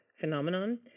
phenomenon